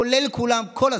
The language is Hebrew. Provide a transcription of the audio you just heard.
כולל כולם, כל הזמן.